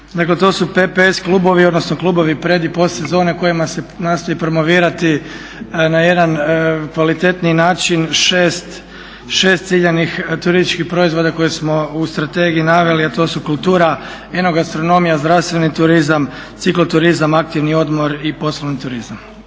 Dakle to su PPS klubovi odnosno klubovi pred i post sezone kojima se nastoji promovirati na jedan kvalitetniji način 6 ciljanih turističkih proizvoda koje smo u strategiji naveli, a to su kultura, enogastrononomija, zdravstveni turizam, cikloturizam aktivni odmor i poslovni turizam.